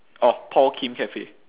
orh paul kim cafe